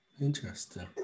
interesting